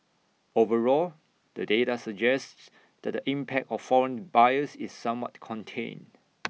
overall the data suggests that the impact of foreign buyers is somewhat contained